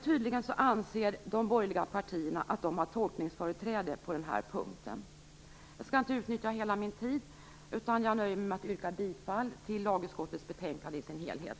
Tydligen anser de borgerliga partierna att de har tolkningsföreträde på denna punkt. Jag skall inte utnyttja hela min tid. Jag nöjer mig med att yrka bifall till hemställan i lagutskottets betänkande i dess helhet.